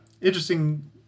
interesting